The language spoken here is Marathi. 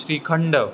श्रीखंड